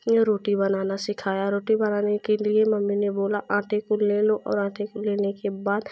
या रोटी बनाना सिखाया रोटी बनाने के लिए मम्मी ने बोला आटे को ले लो और आटे को लेने के बाद